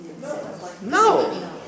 No